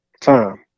time